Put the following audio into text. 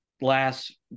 last